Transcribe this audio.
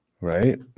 Right